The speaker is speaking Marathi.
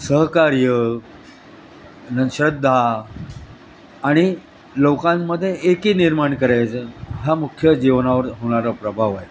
सहकार्य आणि श्रद्धा आणि लोकांमध्दे एकी निर्माण करायचं हा मुख्य जीवनावर होणारा प्रभाव आहे